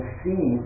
see